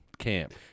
camp